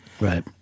Right